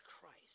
Christ